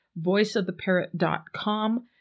voiceoftheparrot.com